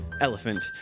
elephant